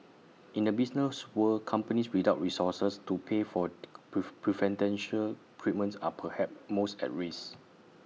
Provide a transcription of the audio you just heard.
in the business world companies without resources to pay for prove preferential treatment are perhaps most at risk